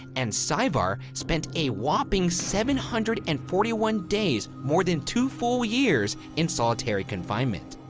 and saevar spent a whopping seven hundred and forty one days, more than two full years, in solitary confinement.